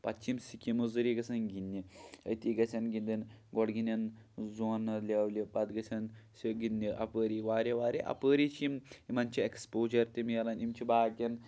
پتہٕ چھِ یِم سِکیٖمو ذریعہِ گژھان گِندنہِ أتی گژھن گِندنہِ گۄڈٕ گِندن زونل لیؤلہِ پَتہٕ گژھٮ۪ن سُہ گندنہِ اَپٲری واریاہ واریاہ اَپٲری چھِ یِم یِمن چھُ ایکٕسپوجر تہِ مِلان یِم چھِ باقین